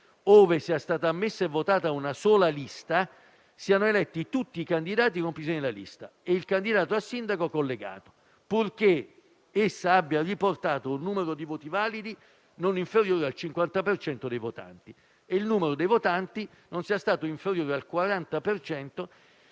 ove sia stata ammessa e votata una sola lista, siano eletti tutti i candidati compresi nella lista e il candidato a sindaco collegato, purché essa abbia riportato un numero di voti validi non inferiore al 50 per cento dei votanti e il numero dei votanti non sia stato inferiore al 40